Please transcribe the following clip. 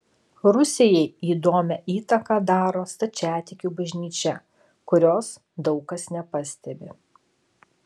rusijai įdomią įtaką daro stačiatikių bažnyčia kurios daug kas nepastebi